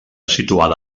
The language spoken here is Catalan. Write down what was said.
situada